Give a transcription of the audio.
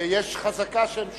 ויש חזקה שהם שומעים.